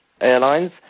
Airlines